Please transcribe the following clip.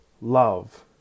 love